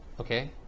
Okay